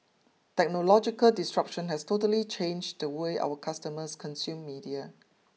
technological disruption has totally changed the way our customers consume media